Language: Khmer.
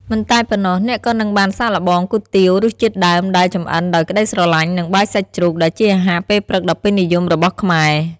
មិនតែប៉ុណ្ណោះ អ្នកក៏នឹងបានសាកល្បង គុយទាវ រសជាតិដើមដែលចម្អិនដោយក្ដីស្រឡាញ់ និង បាយសាច់ជ្រូក ដែលជាអាហារពេលព្រឹកដ៏ពេញនិយមរបស់ខ្មែរ។